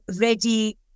ready